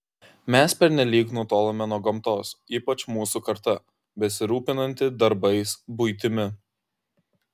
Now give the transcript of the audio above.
mes pernelyg nutolome nuo gamtos ypač mūsų karta besirūpinanti darbais buitimi